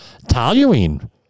Toluene